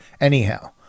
anyhow